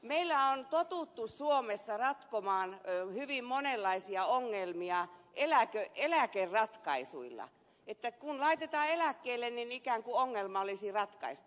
meillä on totuttu suomessa ratkomaan hyvin monenlaisia ongelmia eläkeratkaisuilla että kun laitetaan eläkkeelle niin ikään kuin ongelma olisi ratkaistu